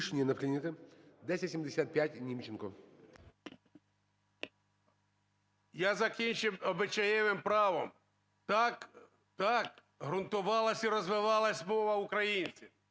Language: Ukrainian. Я закінчив обичаєвим правом. Так, так грунтувалася і розвивалася мова українців.